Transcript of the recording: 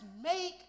make